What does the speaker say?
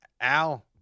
Al